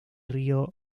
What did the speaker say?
río